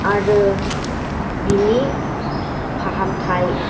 आरो बिनि फाहामथाय